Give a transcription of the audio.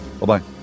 bye-bye